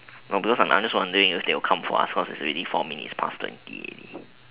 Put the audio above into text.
no because I'm I am just wondering if they will come for us because it's already four minutes past twenty ready